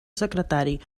secretari